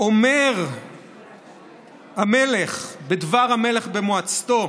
אומר המלך בדבר המלך במועצתו,